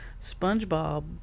spongebob